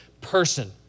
person